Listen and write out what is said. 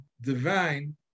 divine